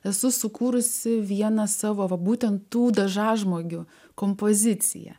esu sukūrusi vieną savo būtent tų dažažmogių kompoziciją